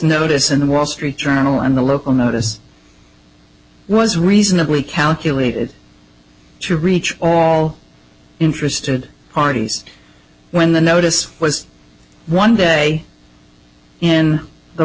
notice in the wall street journal and the local notice was reasonably calculated to reach all interested parties when the notice was one day in the